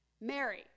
Mary